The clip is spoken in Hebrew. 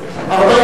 להעביר